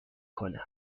کنم